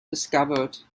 discovered